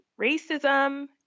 racism